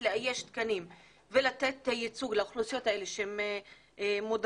לאייש תקנים ולתת ייצוג לאוכלוסיות האלה שהן מודרות